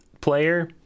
player